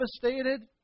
devastated